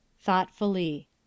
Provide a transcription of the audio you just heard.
Thoughtfully